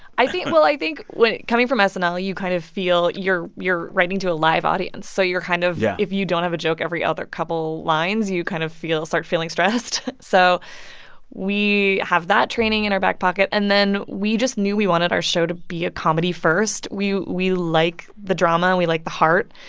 i think well, i think coming from snl, and you kind of feel you're you're writing to a live audience. so you're kind of. yeah if you don't have a joke every other couple lines, you kind of feel start feeling stressed. so we have that training in our back pocket. and then we just knew we wanted our show to be a comedy first. we we like the drama, and we like the heart.